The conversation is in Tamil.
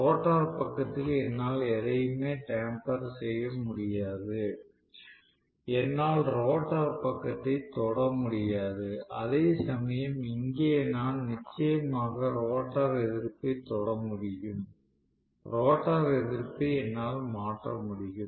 ரோட்டார் பக்கத்தில் என்னால் எதையும் டேம்பேர் முடியாது என்னால் ரோட்டார் பக்கத்தைத் தொட முடியாது அதேசமயம் இங்கே நான் நிச்சயமாக ரோட்டார் எதிர்ப்பைத் தொட முடியும் ரோட்டார் எதிர்ப்பை என்னால் மாற்ற முடியும்